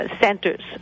centers